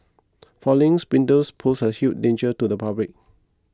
fallings windows pose a huge danger to the public